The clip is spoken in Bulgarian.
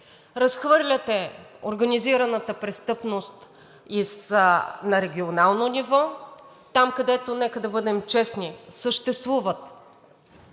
Разхвърляте организираната престъпност на регионално ниво – там, където, нека да бъдем честни, съществуват